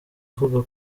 avuga